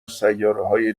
سیارههای